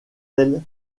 elle